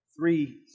three